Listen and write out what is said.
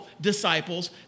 disciples